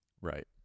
Right